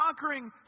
conquering